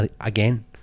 again